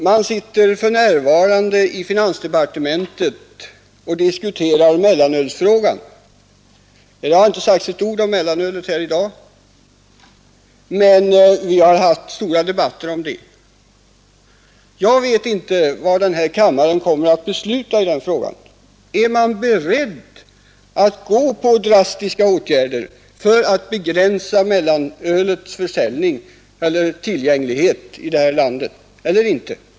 Man sitter för närvarande i finansdepartementet och diskuterar mellanölsfrågan. Det har inte sagts ett ord om mellanölet här i dag, men vi har tidigare haft stora debatter om det. Jag vet inte vad denna kammare kommer att besluta i den frågan. Är man beredd att ta till drastiska åtgärder för att begränsa mellanölets åtkomlighet här i landet eller inte?